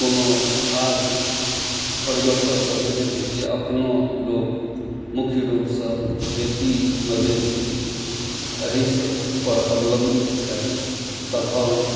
कोनो खास परिवर्तन तऽ नहि देखै छियै अखनो लोक मुख्य रूपसँ खेती मवेशी एहिसँ पर अवलम्बित छथि तखन